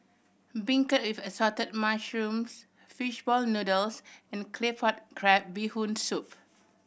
beancurd with Assorted Mushrooms fish ball noodles and Claypot Crab Bee Hoon Soup